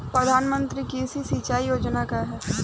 प्रधानमंत्री कृषि सिंचाई योजना का ह?